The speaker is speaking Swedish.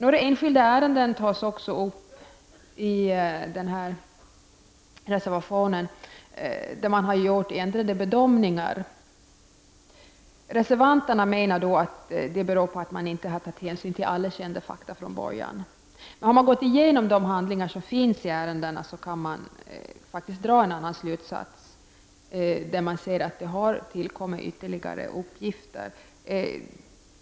I denna reservation tas också några enskilda ärenden upp, där man har gjort ändrade bedömningar. Reservanterna menar att man från början inte har tagit hänsyn till alla kända fakta. När man har gått igenom de handlingar som finns i ärendena och ser att det har tillkommit ytterligare uppgifter blir slutsatsen en annan.